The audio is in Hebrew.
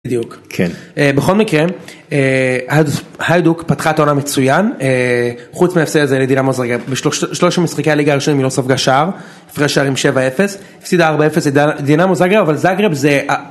בדיוק. כן. בכל מקרה הלדוק פתחה את העולם מצוין חוץ מהפסיד הזה לידינמו זאגרב בשלושת משחקי הליגה הראשונים היא לא ספגה שער. הפרש שערים 7-0 הפסידה 4-0 לדינמו זאגרב אבל זאגרב זה.